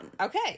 Okay